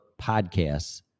podcasts